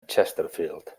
chesterfield